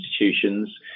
institutions